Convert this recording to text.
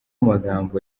magambo